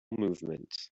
movement